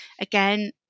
Again